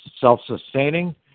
self-sustaining